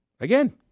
again